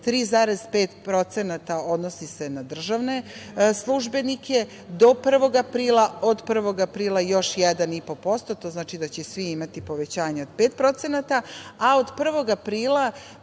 3,5% odnosi se na državne službenike do 1. aprila, od 1. aprila još 1,5%, to znači da će svi imati povećanje od 5%, a od 1. aprila,